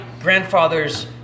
grandfather's